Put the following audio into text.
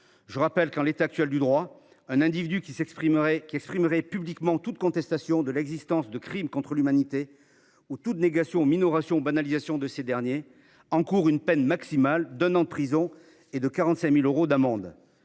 Je rappelle qu’en l’état actuel du droit un individu qui exprime publiquement toute contestation de l’existence de crimes contre l’humanité ou toute négation, minoration ou banalisation de ces derniers encourt une peine maximale d’un an de prison et de 45 000 euros d’amende.